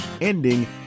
ending